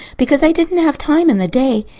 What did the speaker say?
because i didn't have time in the day.